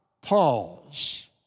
Pause